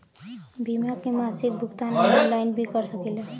बीमा के मासिक भुगतान हम ऑनलाइन भी कर सकीला?